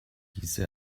diese